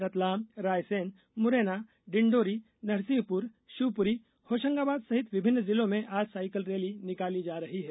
रतलाम रायसेन मुरैना डिण्डोरी नरसिंहपुर शिवपुरी होशंगाबाद सहित विभिन्न जिलों में आज साइकिल रैली निकाली जा रही है